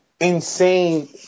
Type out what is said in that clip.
insane